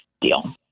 deal